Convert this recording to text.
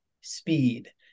speed